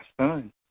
son